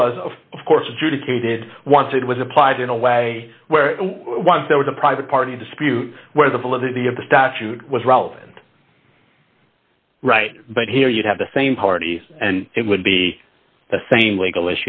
was of course adjudicated once it was applied in a way where once there was a private party dispute where the validity of the statute was relevant right but here you have the same party and it would be the same legal